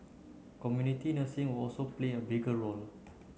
community nursing will also play a bigger role